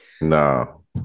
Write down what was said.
No